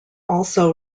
also